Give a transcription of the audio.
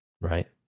right